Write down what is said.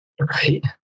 Right